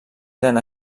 eren